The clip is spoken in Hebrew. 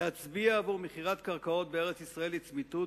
להצביע עבור מכירת קרקעות בארץ-ישראל לצמיתות,